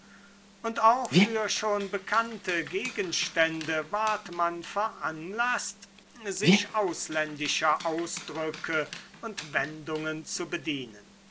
und auch für schon bekannte gegenstände ward man veranlaßt sich ausländischer ausdrücke und wendungen zu bedienen